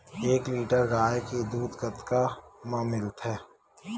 एक लीटर गाय के दुध कतका म मिलथे?